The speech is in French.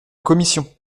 commission